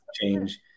change